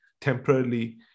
temporarily